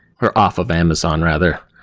or off of amazon rather.